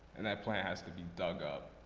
and that plant has to be dug up.